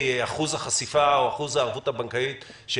אחוז החשיפה או אחוז הערבות הבנקאית.